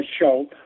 show